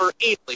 Easily